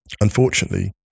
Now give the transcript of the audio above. Unfortunately